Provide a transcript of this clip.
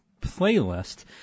playlist